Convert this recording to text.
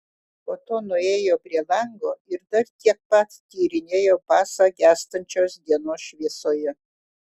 po to nuėjo prie lango ir dar tiek pat tyrinėjo pasą gęstančios dienos šviesoje